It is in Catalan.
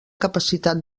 capacitat